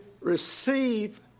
receive